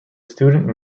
student